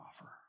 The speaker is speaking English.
offer